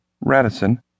Radisson